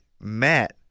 Matt